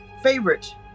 favorite